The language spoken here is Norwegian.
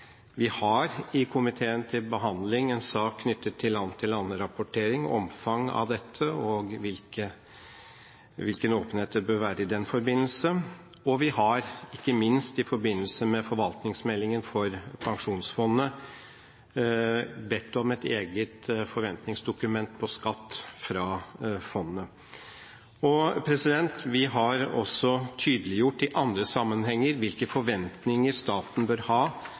Vi har i komiteen til behandling en sak knyttet til land-for-land-rapportering, omfanget av dette og hvilken åpenhet det bør være i den forbindelse. Og vi har, ikke minst, i forbindelse med forvaltningsmeldingen for pensjonsfondet, bedt om et eget forventningsdokument på skatt fra fondet. Vi har også tydeliggjort i andre sammenhenger hvilke forventninger staten bør ha